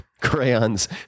Crayons